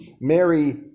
Mary